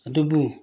ꯑꯗꯨꯕꯨ